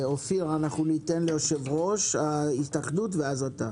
יושב-ראש התאחדות הסטודנטים, בבקשה.